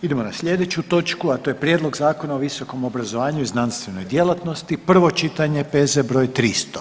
Idemo na sljedeću točku a to je - Prijedlog zakona o visokom obrazovanju i znanstvenoj djelatnosti, prvo čitanje, P.Z. br. 300.